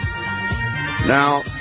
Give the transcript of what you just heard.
Now